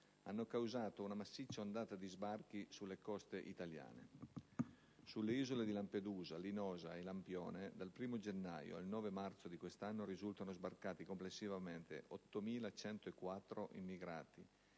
hanno causato una massiccia ondata di sbarchi sulle coste italiane. Sulle isole di Lampedusa, Linosa e Lampione, dal 1° gennaio al 9 marzo di quest'anno, risultano sbarcati complessivamente 8.104 immigrati